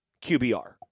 QBR